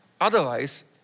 Otherwise